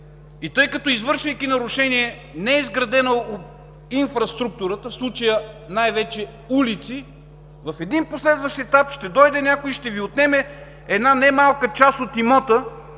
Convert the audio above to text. и тъй като извършвайки нарушение, не е изградена инфраструктурата – в случая най-вече улици, в един последващ етап, ще дойде някой, ще Ви отнема една немалка част от имота,